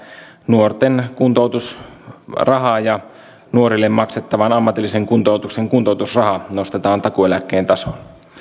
nuorten kuntoutusrahaa nuorille maksettavan ammatillisen kuntoutuksen kuntoutusraha nostetaan takuueläkkeen tasolle